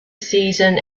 season